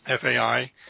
FAI